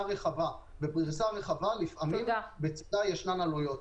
רחבה ולפריסה רחבה לפעמים יש גם עלויות.